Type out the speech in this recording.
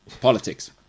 Politics